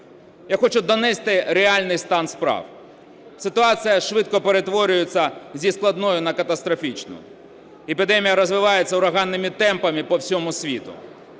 Я хочу донести реальний стан справ. Ситуація швидко перетворюється зі складної на катастрофічну. Епідемія розвивається ураганними темпами по всьому світу.